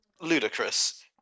ludicrous